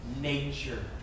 nature